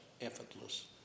effortless